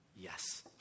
Yes